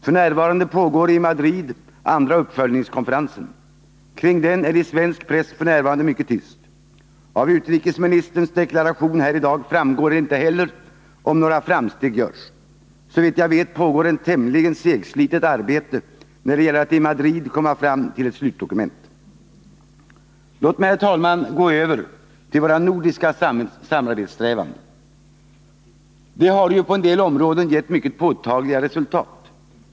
F. n. pågår i Madrid den andra uppföljningskonferensen. Kring den är det i svensk press f. n. mycket tyst. Av utrikesministerns deklaration här i dag framgår inte heller om några framsteg görs. Såvitt jag vet pågår ett tämligen segslitet arbete när det gäller att i Madrid komma fram till ett slutdokument. Låt mig, herr talman, gå över till våra nordiska samarbetssträvanden. De har ju på en del områden gett mycket påtagliga resultat.